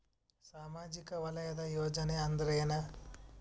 ಸಾಮಾಜಿಕ ವಲಯದ ಯೋಜನೆ ಅಂದ್ರ ಏನ?